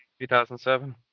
2007